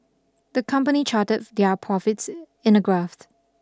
the company charted their profits in a graphs